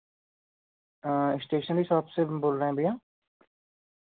stationery shop से बोल रहे हैं भैया